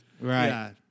Right